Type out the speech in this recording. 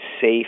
safe